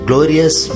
Glorious